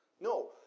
No